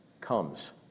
comes